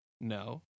no